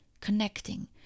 connecting